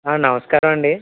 నమస్కారం అండి